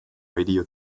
radio